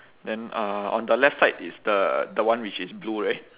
then uh on the left side is the the one which is blue right